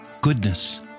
goodness